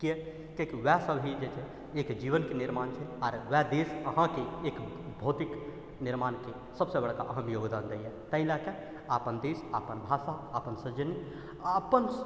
किएक कियाकि वएह सब ही जे छै एक जीवनके निर्माण छै आओर वएह देश अहाँके एक भौतिक निर्माणके सबसँ बड़का अहम योगदान दैए ताहि लऽ कऽ अपन देश अपन भाषा अपन स्वजन आओर अपन